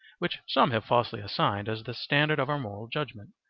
which some have falsely assigned as the standard of our moral judgement,